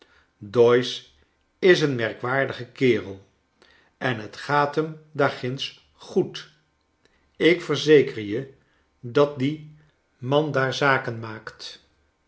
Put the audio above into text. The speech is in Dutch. doyce is een merkwaardige kerel en het gaat hem daar ginds good ik verzeker je dat die dan daar zaken maakt